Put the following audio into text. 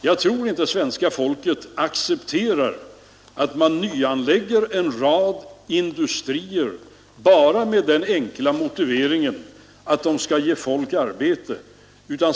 Jag tror inte att svenska folket accepterar att man nyanlägger en rad industrier med den enkla motiveringen att de skall ge folk arbete.